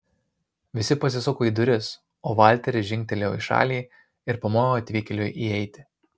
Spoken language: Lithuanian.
visi pasisuko į duris o valteris žingtelėjo į šalį ir pamojo atvykėliui įeiti